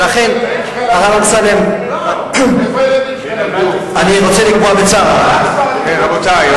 ולכן, הרב אמסלם, אני רוצה לקבוע בצער, רבותי.